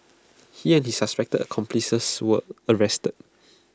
he and his suspected accomplices were arrested